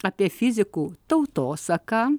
apie fizikų tautosaką